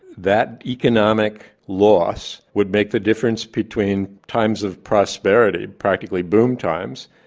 that economic loss would make the difference between times of prosperity, practically boom times,